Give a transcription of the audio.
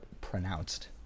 pronounced